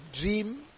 dream